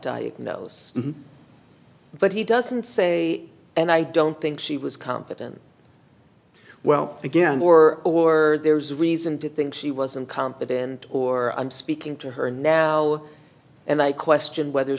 diagnosed but he doesn't say and i don't think she was competent well again more or there's reason to think she wasn't competent or i'm speaking to her now and i question whether